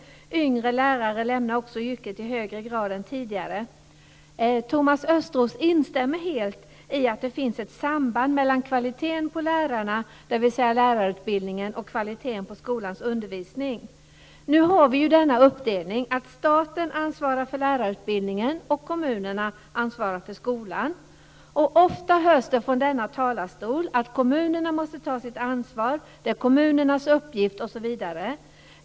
Yngre lärare lämnar också yrket i högre grad än tidigare. Thomas Östros instämmer helt i att det finns ett samband mellan kvaliteten på lärarna, dvs. lärarutbildningen, och kvaliteten på skolans undervisning. Nu har vi ju denna uppdelning att staten ansvarar för lärarutbildningen och kommunerna ansvarar för skolan. Ofta hörs från denna talarstol att kommunerna måste ta sitt ansvar, att det är kommunernas uppgift, osv.